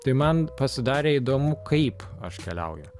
tai man pasidarė įdomu kaip aš keliauju